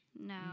No